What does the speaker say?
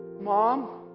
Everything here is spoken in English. Mom